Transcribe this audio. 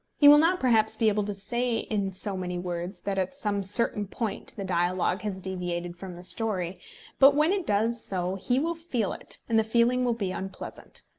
he will not perhaps be able to say in so many words that at some certain point the dialogue has deviated from the story but when it does so he will feel it, and the feeling will be unpleasant.